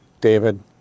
David